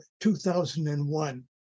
2001